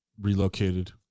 relocated